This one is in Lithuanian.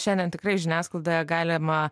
šiandien tikrai žiniasklaidoje galima